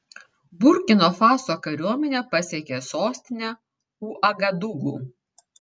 burkina faso kariuomenė pasiekė sostinę uagadugu